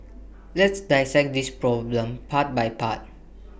let's dissect this problem part by part